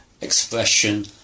expression